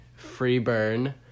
freeburn